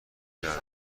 گرم